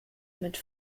mit